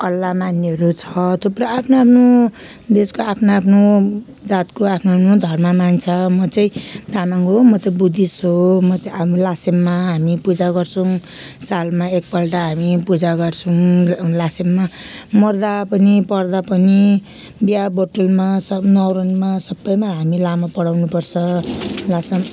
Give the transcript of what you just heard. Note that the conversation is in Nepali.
अल्ला मान्नेहरू छ थुप्रो आफ्नो आफ्नो देशको आफ्नो आफ्नो जातको आफ्नो आफ्नो धर्म मान्छ म चाहिँ तामाङ हो म त बुद्धिस्ट हो म चाहिँ हाम्रो लासेममा हामी पूजा गर्छौँ सालमा एकपल्ट हामी पूजा गर्छौँ लासेममा मर्दा पनि पर्दा पनि बिहा बटुलमा सब न्वारनमा सबैमा हामी लामा पढाउनुपर्छ